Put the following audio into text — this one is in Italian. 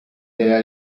della